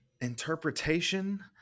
interpretation